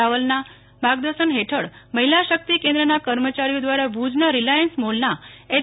રાવલના માર્ગદર્શન હેઠળ મહિલા શક્તિ કેન્દ્રના કર્મચારીઓ દ્વારા ભુજના રિલાઈન્સ મોલના એચ